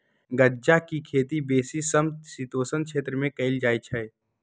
गञजा के खेती बेशी समशीतोष्ण क्षेत्र में कएल जाइ छइ